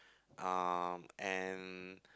uh and